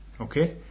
okay